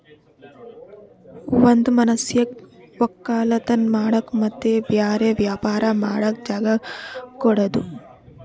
ಒಂದ್ ಮನಷ್ಯಗ್ ವಕ್ಕಲತನ್ ಮಾಡಕ್ ಮತ್ತ್ ಬ್ಯಾರೆ ವ್ಯಾಪಾರ ಮಾಡಕ್ ಜಾಗ ಕೊಡದು